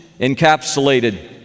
encapsulated